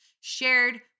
shared